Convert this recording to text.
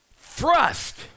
thrust